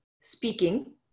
speaking